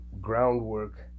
groundwork